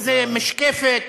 איזו משקפת,